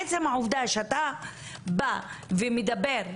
עצם העובדה שאתה בא ומדבר,